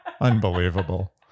Unbelievable